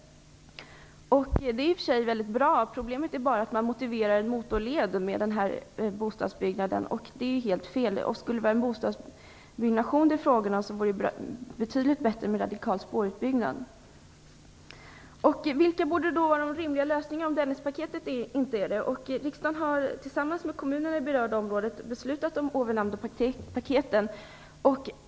Det är i och för sig väldigt bra. Problemet är bara att man med bostadsbyggandet motiverar byggande av en motorled, vilket vore helt fel. Om det skulle vara fråga om en bostadsbyggnation, vore en radikal spårutbyggnad betydligt bättre. Vilka borde då vara de rimliga lösningarna, om Dennispaketet inte är det? Riksdagen har tillsammans med kommunerna i det berörda området beslutat om de nämnda paketen.